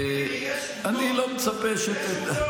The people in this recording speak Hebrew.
אני לא חוזר בי, ויש עובדות.